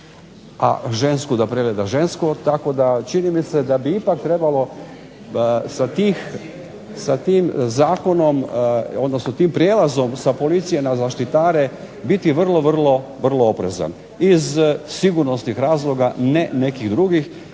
a žensku da pregleda žensko, tako da čini mi se da bi ipak trebalo sa tim zakonom, odnosno tim prijelazom sa policije na zaštitare biti vrlo, vrlo, vrlo oprezan, iz sigurnosnih razloga, ne nekih drugih,